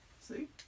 See